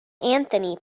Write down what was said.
anthony